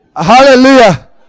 Hallelujah